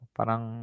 Parang